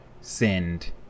send